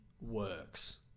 works